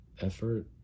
effort